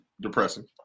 depressing